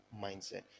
mindset